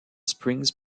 springs